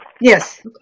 Yes